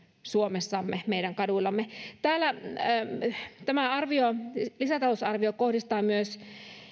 suomessamme meidän kaduillamme tämä lisätalousarvio kohdistaa myös